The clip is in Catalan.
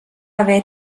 haver